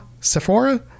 Sephora